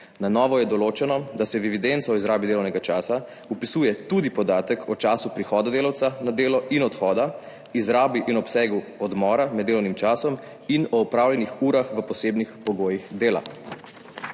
Na novo je določeno, da se v evidenco o izrabi delovnega časa vpisuje tudi podatek o času prihoda delavca na delo in odhoda, izrabi in obsegu odmora med delovnim časom in o opravljenih urah v posebnih pogojih dela.